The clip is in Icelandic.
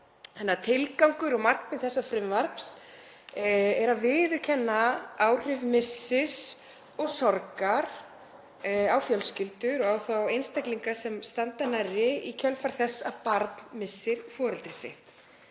tilgangur og markmið þessa frumvarps er að viðurkenna áhrif missis og sorgar á fjölskyldur og á þá einstaklinga sem standa nærri í kjölfar þess að barn missir foreldri sitt.